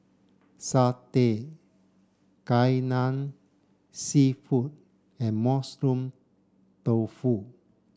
Satay Kai Lan Seafood and mushroom tofu